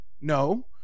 No